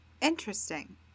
Interesting